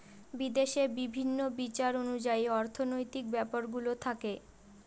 বিদেশে বিভিন্ন বিচার অনুযায়ী অর্থনৈতিক ব্যাপারগুলো থাকে